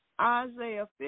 Isaiah